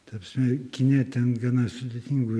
ta pasme kine ten gana sudėtingų